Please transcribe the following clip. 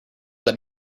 that